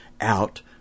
out